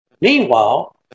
meanwhile